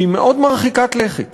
שהיא מאוד מרחיקת לכת